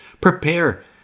Prepare